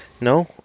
No